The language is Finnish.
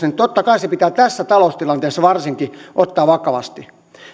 niin totta kai se pitää varsinkin tässä taloustilanteessa ottaa vakavasti